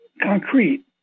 concrete